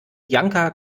janka